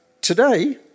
today